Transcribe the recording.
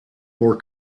more